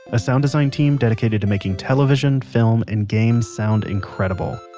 a sound design team dedicated to making television, film, and games sound incredible.